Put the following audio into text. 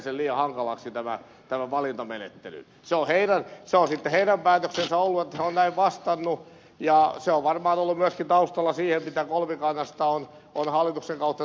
se on sitten heidän päätöksensä ollut että he ovat näin vastanneet ja se on varmaan ollut myöskin taustalla siihen mitä kolmikannasta on hallituksen kautta tänne esitetty